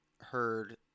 heard